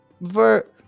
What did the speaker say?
Ver